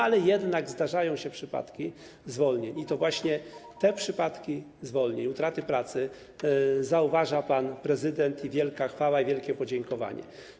Ale jednak zdarzają się przypadki zwolnień i to właśnie te przypadki zwolnień, utraty pracy zauważa pan prezydent - i wielka chwała, i wielkie podziękowania za to.